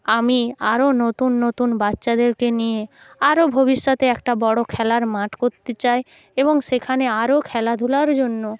আমি আরও নতুন নতুন বাচ্চাদেরকে নিয়ে আরও ভবিষ্যতে একটা বড় খেলার মাঠ করতে চাই এবং সেখানে আরও খেলাধূলার জন্য